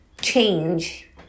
change